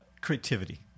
creativity